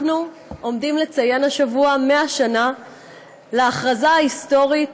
אנחנו עומדים לציין השבוע 100 שנה להכרזה ההיסטורית,